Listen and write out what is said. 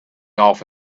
off